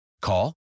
Call